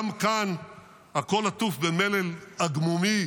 גם כאן הכול עטוף במלל עגמומי,